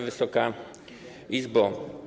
Wysoka Izbo!